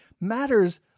matters